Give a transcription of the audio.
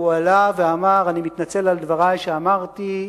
הוא עלה ואמר: אני מתנצל על דברי שאמרתי,